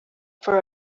for